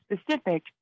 specific